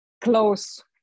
close